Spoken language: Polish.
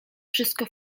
wszystko